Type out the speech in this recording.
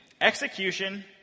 Execution